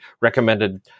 recommended